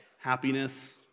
happiness